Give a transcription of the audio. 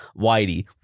Whitey